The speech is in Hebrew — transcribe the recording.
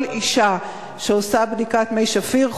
כל אשה שעושה בדיקת מי שפיר,